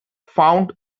found